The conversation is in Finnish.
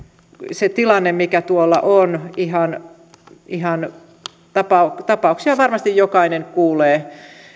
se tilanne mikä tuolla on tapauksia tapauksia varmasti jokainen kuulee